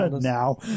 Now